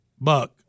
buck